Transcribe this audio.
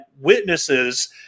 witnesses